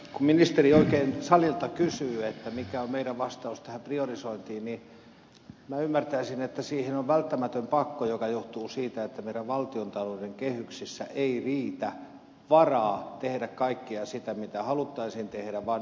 kun ministeri oikein salilta kysyi mikä on meidän vastauksemme tähän priorisointiin niin minä ymmärtäisin että siihen on välttämätön pakko joka johtuu siitä että meillä valtiontalouden kehyksissä ei ole varaa tehdä kaikkea sitä mitä haluttaisiin tehdä vaan joudutaan priorisoimaan